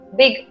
big